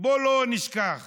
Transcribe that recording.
אני מתכבד